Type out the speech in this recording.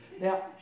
Now